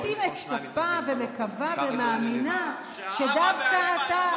הייתי מצפה ומקווה ומאמינה שדווקא אתה,